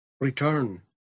return